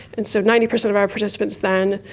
and so ninety percent of our participants then,